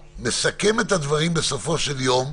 אני שם לך שלושה סימני קריאה על האמירה הזאת.